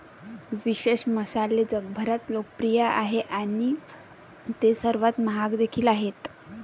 विशेष मसाले जगभरात लोकप्रिय आहेत आणि ते सर्वात महाग देखील आहेत